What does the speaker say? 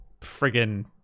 friggin